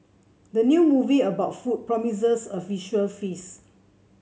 the new movie about food promises a visual feast